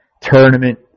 tournament